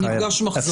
מפגש מחזור.